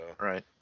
right